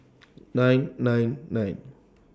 nine nine nine